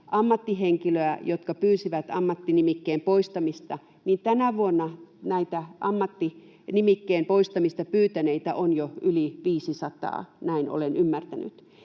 ammattihenkilöä, jotka pyysivät ammattinimikkeen poistamista, niin tänä vuonna näitä ammattinimikkeen poistamista pyytäneitä on jo yli 500, näin olen ymmärtänyt.